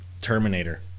Terminator